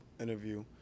interview